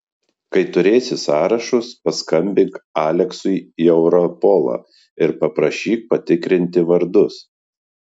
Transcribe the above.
kai turėsi sąrašus skambink aleksui į europolą ir paprašyk patikrinti vardus